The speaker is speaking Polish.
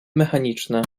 mechaniczne